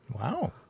Wow